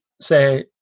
say